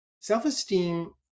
self-esteem